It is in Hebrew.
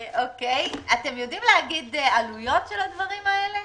אתם יודעים להגיד עלויות של הדברים האלה?